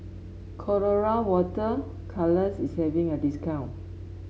Colora Water Colours is having a discount